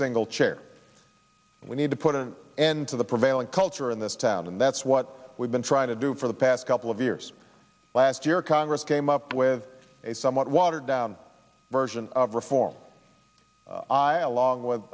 single chair we need to put an end to the prevailing culture in this town and that's what we've been trying to do for the past couple of years last year congress came up with a somewhat watered down version of reform i along with